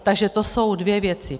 Takže to jsou dvě věci.